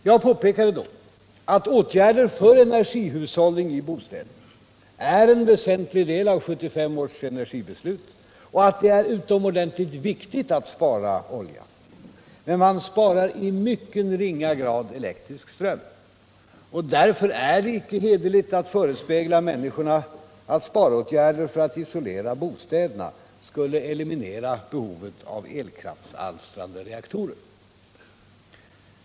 Jag påpekade då att åtgärder för energihushållning i bostäder är en väsentlig del av 1975 års energibeslut och att det är utomordentligt viktigt att spara olja. Men man sparar i mycket ringa grad elektrisk ström, och därför är det icke hederligt att förespegla människorna att sparåtgärder för att isolera bostäderna skulle eliminera behovet av elkraftsalstrande reaktorer.